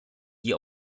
die